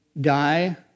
die